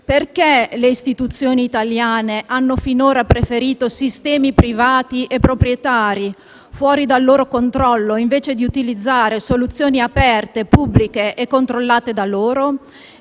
perché le istituzioni italiane hanno finora preferito sistemi privati e proprietari fuori dal loro controllo, invece di utilizzare soluzioni aperte, pubbliche e controllate da loro?